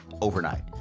overnight